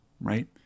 right